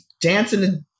dancing